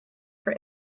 for